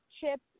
chip